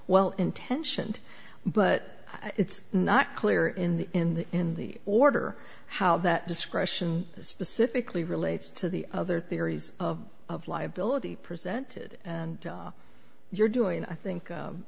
well intentioned but it's not clear in the in the in the order how that discretion specifically relates to the other theories of liability presented and you're doing i